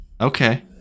Okay